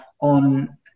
on